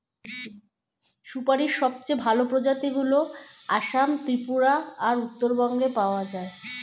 সুপারীর সবচেয়ে ভালো প্রজাতিগুলো আসাম, ত্রিপুরা আর উত্তরবঙ্গে পাওয়া যায়